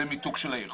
זה מיתוג של העיר.